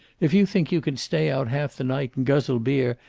if you think you can stay out half the night, and guzzle beer,